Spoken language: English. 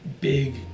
big